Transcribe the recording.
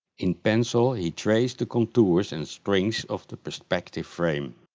in pencil he traced the contours and strings of the perspective frame.